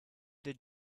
did